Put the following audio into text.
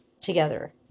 together